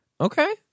Okay